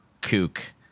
kook